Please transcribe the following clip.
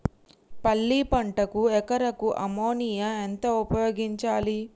పల్లి పంటకు ఎకరాకు అమోనియా ఎంత ఉపయోగించాలి?